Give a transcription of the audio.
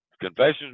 confessions